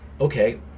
Okay